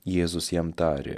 jėzus jam tarė